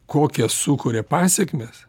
kokias sukuria pasekmes